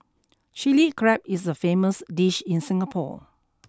Chilli Crab is a famous dish in Singapore